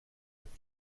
with